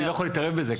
אני לא יכול להתערב בזה.